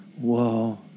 Whoa